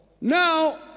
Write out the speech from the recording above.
Now